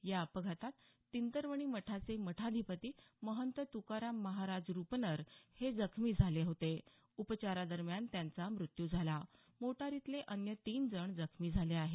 या अपघातात तिंतरवणी मठाचे मठाधिपती महंत तुकाराम महाराज रुपनर हे जखमी झाले होते उपचारा दरम्यान त्यांचा मृत्यु झाला मोटारीतले अन्य तीन जण जखमी झाले आहेत